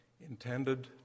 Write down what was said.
intended